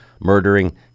murdering